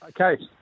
Okay